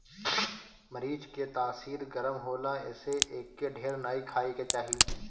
मरीच के तासीर गरम होला एसे एके ढेर नाइ खाए के चाही